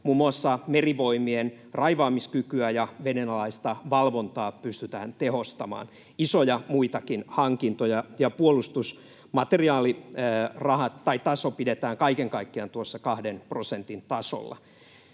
Muun muassa Merivoimien raivaamiskykyä ja vedenalaista valvontaa pystytään tehostamaan. On muitakin isoja hankintoja. Puolustusmateriaalitaso pidetään kaiken kaikkiaan tuossa kahden prosentin tasolla.